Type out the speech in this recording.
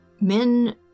Men